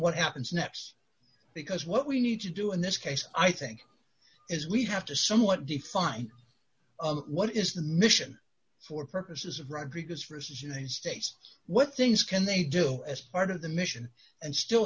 what happens next because what we need to do in this case i think is we have to somewhat define what is the mission for purposes of rodriguez versus united states what things can they do as part of the mission and still